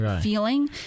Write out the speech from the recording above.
feeling